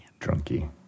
Drunky